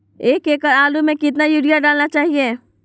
एक एकड़ आलु में कितना युरिया डालना चाहिए?